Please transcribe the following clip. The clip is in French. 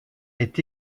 est